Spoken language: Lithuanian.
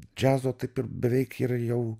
džiazo taip ir beveik ir jau